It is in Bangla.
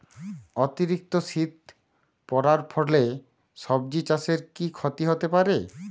অতিরিক্ত শীত পরার ফলে সবজি চাষে কি ক্ষতি হতে পারে?